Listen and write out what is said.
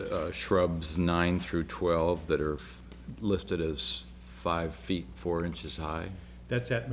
shrubs nine through twelve that are listed as five feet four inches high that's at